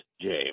James